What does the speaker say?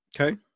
Okay